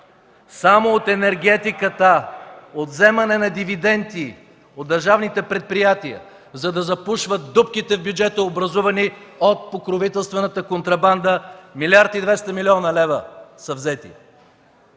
Само от енергетиката, от вземане на дивиденти от държавните предприятия, за да запушват дупките в бюджета, образувани от покровителствената контрабанда, 1 млрд. 200 млн. лв. са взети.